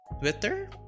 Twitter